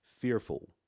fearful